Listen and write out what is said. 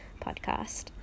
podcast